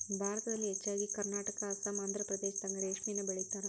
ಭಾರತದಲ್ಲಿ ಹೆಚ್ಚಾಗಿ ಕರ್ನಾಟಕಾ ಅಸ್ಸಾಂ ಆಂದ್ರಪ್ರದೇಶದಾಗ ರೇಶ್ಮಿನ ಬೆಳಿತಾರ